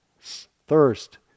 thirst